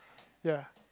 ya